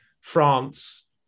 France